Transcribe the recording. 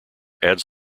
adds